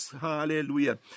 Hallelujah